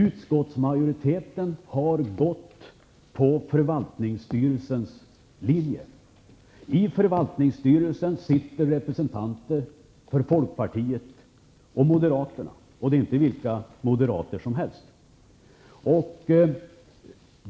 Utskottsmajoriteten har gått på förvaltningsstyrelsens linje. I förvaltningsstyrelsen sitter representanter för folkpartiet och moderaterna. Och det är inte vilka moderater som helst.